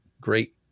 great